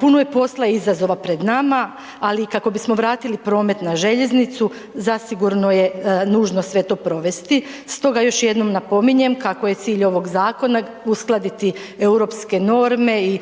puno je posla i izazova pred nama, ali i kako bismo vratili promet na željeznicu zasigurno je nužno sve to provesti. Stoga još jednom napominjem kako je cilj ovog zakona, uskladiti europske norme